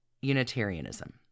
Unitarianism